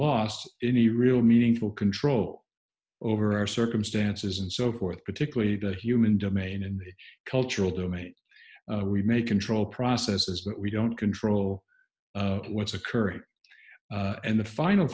lost any real meaningful control over our circumstances and so forth particularly the human domain and cultural domain remake control processes that we don't control what's occurring and the final